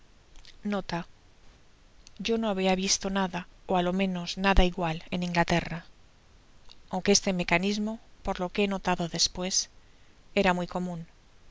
yo no habia visto nada ó álo menos nada igual en inglaterra aunque este mecanismo por lo que he notado despues era muy comun